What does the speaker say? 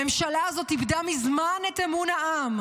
הממשלה הזאת איבדה מזמן את אמון העם,